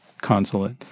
consulate